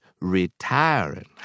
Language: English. retiring